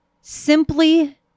simply